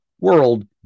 world